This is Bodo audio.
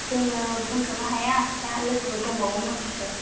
जोङो बुंथ'नो हाया दा लोगोफोर दंबावो माखासे